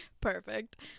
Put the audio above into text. Perfect